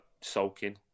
sulking